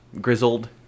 grizzled